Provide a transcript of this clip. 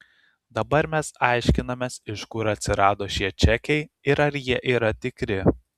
dabar mes aiškinamės iš kur atsirado šie čekiai ir ar jie yra tikri